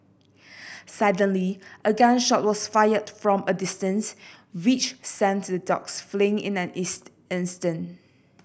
suddenly a gun shot was fired from a distance which sent the dogs fleeing in an